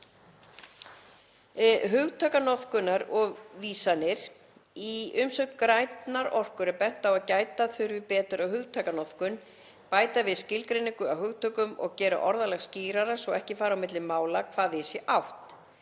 Hugtakanotkunar og vísanir: Í umsögn Grænnar orku er bent á að gæta þurfi betur að hugtakanotkun, bæta við skilgreiningum á hugtökum og gera orðalag skýrara svo að ekki fari á milli mála við hvað sé átt.